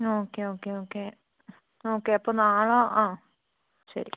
okay okay okay okay അപ്പോൾ നാളെ ആ ശരി